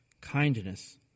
kindness